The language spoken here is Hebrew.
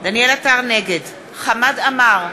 נגד חמד עמאר,